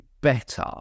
better